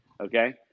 okay